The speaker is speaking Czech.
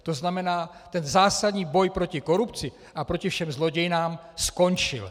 To znamená, ten zásadní boj proti korupci a proti všem zlodějnám skončil!